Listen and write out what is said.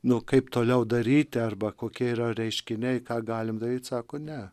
nu kaip toliau daryti arba kokie yra reiškiniai ką galim daryti sako ne